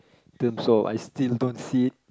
Deng So I still don't see it